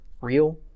real